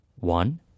One